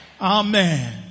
Amen